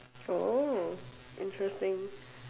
oh interesting